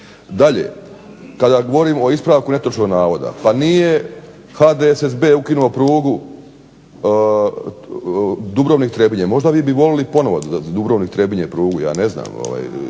Dalje, kada govorimo o ispravku netočnog navoda pa nije HDSSB ukinuo prugu Dubrovnik-Trebinje, možda vi bi volili ponovno Dubrovnik-Trebinje prugu, ja ne znam